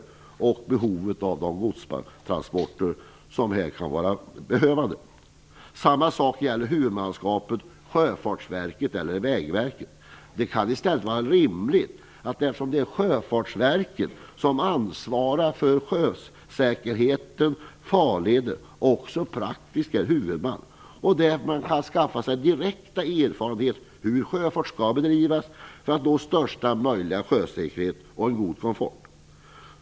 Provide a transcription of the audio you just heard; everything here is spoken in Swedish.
Det är detta samt behovet av godstransporter som skall vara avgörande. Samma sak gäller huvudmannaskapet - Sjöfartsverket eller Vägverket? Eftersom det är Sjöfartsverket som ansvarar för sjösäkerheten och farleder kan det vara rimligt att de också praktiskt är huvudman. Därmed kan man skaffa sig direkta erfarenheter av hur sjöfart skall bedrivas för att nå största möjliga sjösäkerhet och en god komfort.